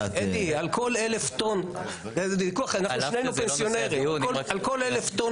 אדי, על כל 1,000 טון שמביאים דניס